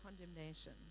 condemnation